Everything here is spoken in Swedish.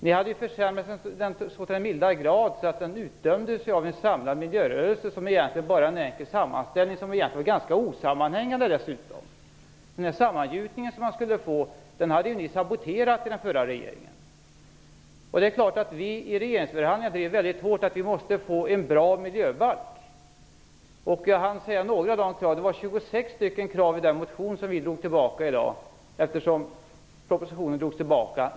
Ni hade försämrat det så till den milda grad att det utdömdes av en samlad miljörörelse som en enkel sammanställning, som dessutom var ganska osammanhängande. Den sammangjutning som man skulle få hade den förra regeringen saboterat. I regeringsförhandlingarna drev vi väldigt hårt kravet att vi måste ha en bra miljöbalk. Det var 26 krav i den motion som vi drog tillbaka i dag, eftersom propositionen drogs tillbaka.